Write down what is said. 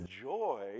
joy